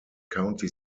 county